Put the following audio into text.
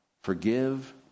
Forgive